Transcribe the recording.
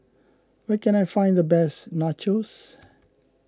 where can I find the best Nachos